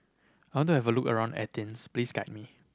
want to have a look around Athens please guide me